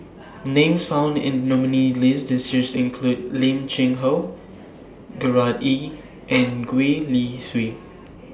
Names found in The nominees' list This Year include Lim Cheng Hoe Gerard Ee and Gwee Li Sui